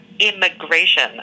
immigration